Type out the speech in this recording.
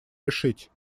решить